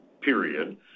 period